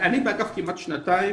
אני באגף כמעט שנתיים,